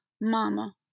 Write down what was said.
mama